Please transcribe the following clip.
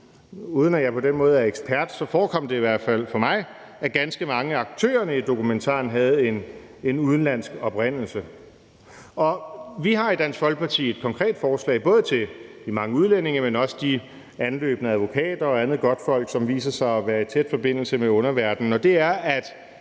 Uden at jeg på den måde er ekspert, forekom det i hvert fald for mig, at ganske mange af aktørerne i dokumentaren havde en udenlandsk oprindelse. Vi har i Dansk Folkeparti et konkret forslag, både til de mange udlændinge, men også de anløbne advokater og andet godtfolk, som viser sig at være i tæt forbindelse med underverdenen, og det er, at